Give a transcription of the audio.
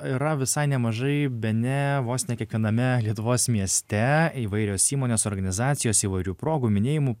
yra visai nemažai bene vos ne kiekviename lietuvos mieste įvairios įmonės organizacijos įvairių progų minėjimų